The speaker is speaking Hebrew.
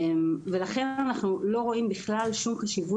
לכן אנחנו לא רואים כל חשיבות.